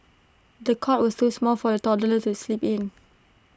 the cot was too small for the toddler to sleep in